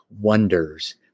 wonders